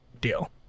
deal